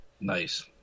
nice